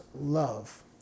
love